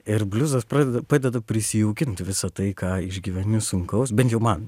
ir bliuzas pradeda padeda prisijaukinti visa tai ką išgyveni sunkaus bent jau man